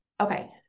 Okay